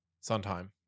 sometime